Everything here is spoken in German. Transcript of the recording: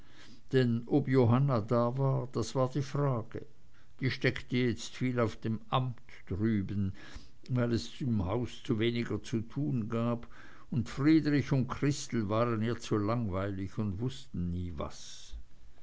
denn ob johanna da war das war die frage die steckte jetzt viel auf dem amt drüben weil es zu haus weniger zu tun gab und friedrich und christel waren ihr zu langweilig und wußten nie was